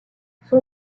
son